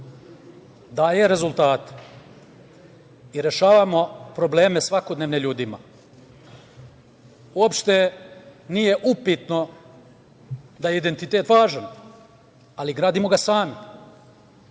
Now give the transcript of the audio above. daje rezultate i rešavamo svakodnevne probleme ljudima. Uopšte nije upitno da je identitet važan, ali gradimo ga sami.